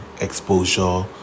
exposure